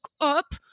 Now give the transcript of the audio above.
up